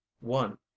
one